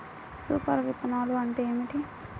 Super విత్తనాలు అంటే ఏమిటి?